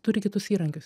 turi kitus įrankius